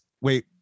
wait